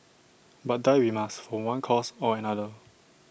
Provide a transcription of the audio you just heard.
but die we must from one cause or another